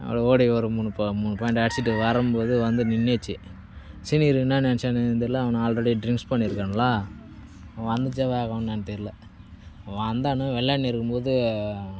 அதில் ஓடி ஒரு மூணு பா மூணு பாய்ண்ட் அடிச்சுட்டு வரும்போது வந்து நின்னாச்சு சரி என்ன நினைச்சானுங்கனு தெரிலை அவனுங்க ஆல்ரெடி ட்ரிங்க்ஸ் பண்ணியிருக்கானுங்களா வந்துச்சு வ என்னான்னு தெரிலை வந்தான்னுக விளையாட்னின்னு இருக்கும்போது